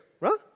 right